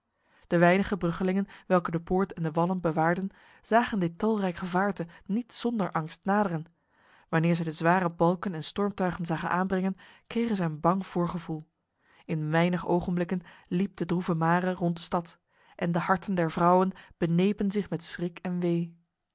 de weinige bruggelingen welke de poort en de wallen bewaarden zagen dit talrijk gevaarte niet zonder angst naderen wanneer zij de zware balken en stormtuigen zagen aanbrengen kregen zij een bang voorgevoel in weinig ogenblikken liep de droeve mare rond de stad en de harten der vrouwen benepen zich met schrik en wee